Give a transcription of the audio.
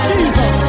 Jesus